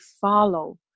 follow